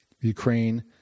Ukraine